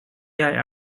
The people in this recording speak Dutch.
jij